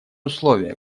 условие